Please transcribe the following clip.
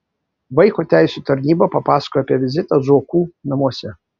vaiko teisių tarnyba papasakojo apie vizitą zuokų namuose